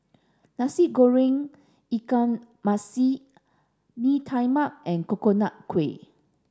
Nasi Goreng Ikan Masin Bee Tai Mak and Coconut Kuih